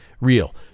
real